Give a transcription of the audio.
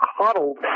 coddled